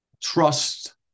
trust